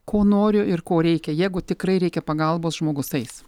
ko noriu ir ko reikia jeigu tikrai reikia pagalbos žmogus eis